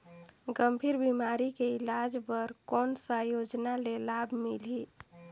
गंभीर बीमारी के इलाज बर कौन सा योजना ले लाभ मिलही?